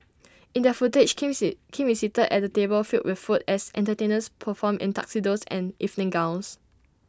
in that footage Kim seat Kim is seated at A table filled with food as entertainers perform in tuxedos and evening gowns